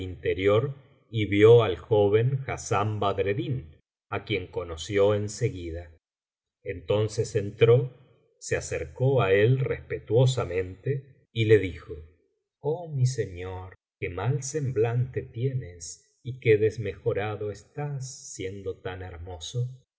hacia el interiorvio al joven hassán badrcddín á quien conoció en seguida entonces entró se acercó á él respetuosamente y le dijo oh mi señor qué mal semblante tienes y qué desmejorado estás siendo tan hermoso